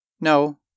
No